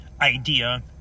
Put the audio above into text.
idea